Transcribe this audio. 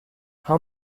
how